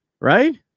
Right